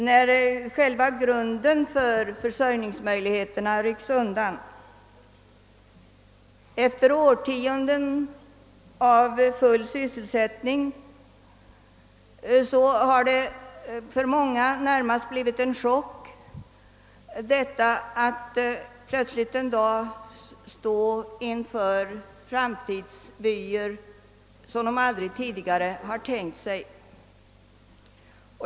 När själva grunden för försörjningen rycks undan, efter årtionden av full sysselsättning, har det för många blivit närmast en chock att plötsligt en dag finna sig stå inför framtidsvyer som de aldrig tidigare tänkt sig.